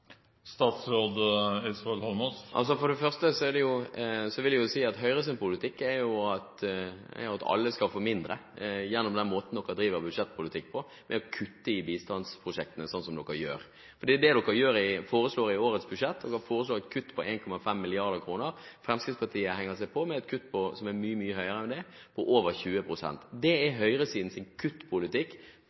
For det første vil jeg si at Høyres politikk er at alle skal få mindre gjennom den måten de driver budsjettpolitikk på ved å kutte i bistandsprosjektene slik de gjør. Det er det de foreslår i årets budsjett, et kutt på 1,5 mrd. kr. Fremskrittspartiet henger seg på med et kutt som er mye høyere enn det, på over 20 pst. Det er høyresidens kuttpolitikk: ta fra dem som er de fattigste i verden, og istedenfor bruke pengene på å gi skatteletter i Norge. Det er en politikk høyresiden